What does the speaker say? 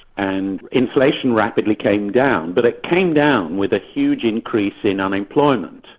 and inflation rapidly came down, but it came down with a huge increase in unemployment,